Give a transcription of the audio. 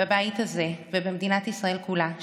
בבית הזה ובמדינת ישראל כולה,